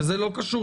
שזה לא קשור.